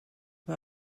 mae